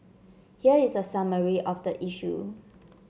here is a summary of the issue